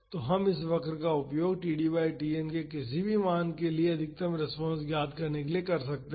तो हम इस वक्र का उपयोग td बाई Tn के किसी भी मान के लिए अधिकतम रेस्पॉन्स ज्ञात करने के लिए कर सकते हैं